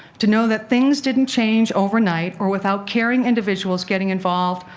to know that things didn't change overnight or without caring individuals getting involved,